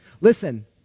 Listen